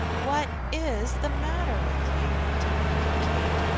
what is the matter with you? demanded kate,